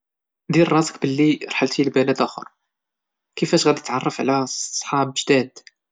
دير راسك اللي رحلتي لبلد اخر، كيفاش غادي تتعرف على صحاب جداد؟